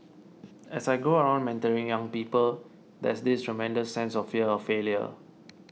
as I go around mentoring young people there's this tremendous sense of fear of failure